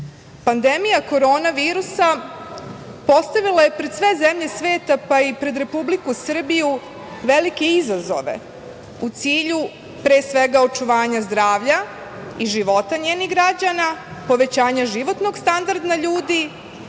Vučićem. Pandemija Korona virusa postavila je pred sve zemlje sveta, pa i pred Republiku Srbiju velike izazove u cilju, pre svega, očuvanja zdravlja i života njenih građana, povećanja životnog standarda ljudi,